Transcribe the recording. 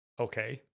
okay